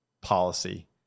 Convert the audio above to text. policy